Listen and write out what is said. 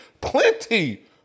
plenty